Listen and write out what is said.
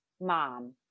mom